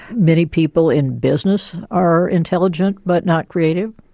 many people in business are intelligent but not creative.